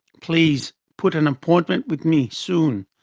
please put an appointment with me soon,